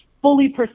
fully